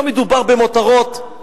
לא מדובר במותרות.